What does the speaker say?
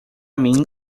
mim